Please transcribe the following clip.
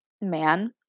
man